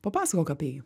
papasakok apie jį